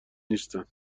نیستن